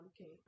okay